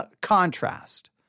contrast